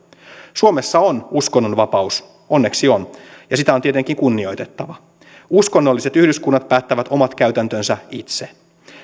suomessa on uskonnonvapaus onneksi on ja sitä on tietenkin kunnioitettava uskonnolliset yhdyskunnat päättävät omat käytäntönsä itse